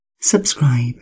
subscribe